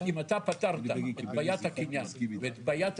אם אתה פתרת את בעיית הקניין ואת בעיית